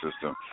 system